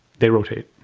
they rotate.